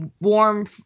warm